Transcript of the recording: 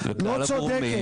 לא צודקת,